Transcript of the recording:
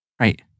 Right